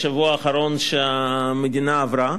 בשבוע האחרון שהמדינה עברה,